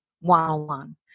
one-on-one